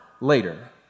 later